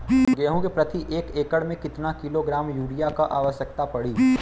गेहूँ के प्रति एक एकड़ में कितना किलोग्राम युरिया क आवश्यकता पड़ी?